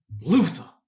Luther